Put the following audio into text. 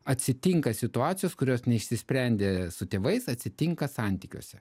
atsitinka situacijos kurios neišsisprendė su tėvais atsitinka santykiuose